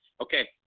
Okay